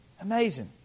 Amazing